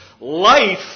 Life